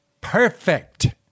perfect